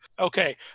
Okay